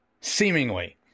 Seemingly